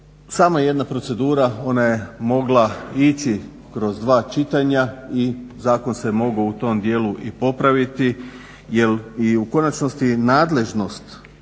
samo jedna procedura, ona je mogla ići kroz dva čitanja i zakon se mogao u tom dijelu i popraviti jer i u konačnosti je nadležnost